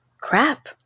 crap